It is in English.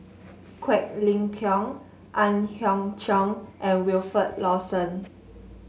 Quek Ling Kiong Ang Hiong Chiok and Wilfed Lawson